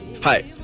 Hi